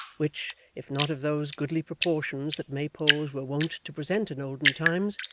which, if not of those goodly proportions that maypoles were wont to present in olden times,